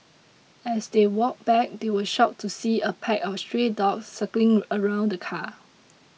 as they walked back they were shocked to see a pack of stray dogs circling around the car